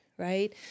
Right